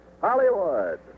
Hollywood